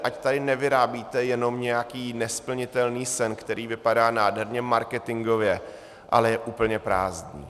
Ať tady nevyrábíte jenom nějaký nesplnitelný sen, který vypadá nádherně marketingově, ale je úplně prázdný.